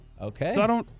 Okay